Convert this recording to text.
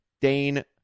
dane